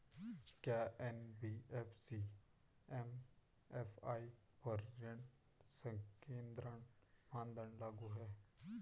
क्या NBFC MFI पर ऋण संकेन्द्रण मानदंड लागू हैं?